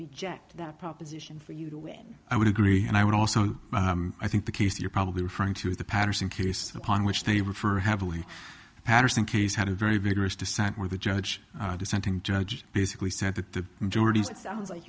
reject that proposition for you when i would agree and i would also i think the case you're probably referring to is the patterson case upon which they refer have only patterson case had a very vigorous dissent where the judge dissenting judge basically said that the majority is it sounds like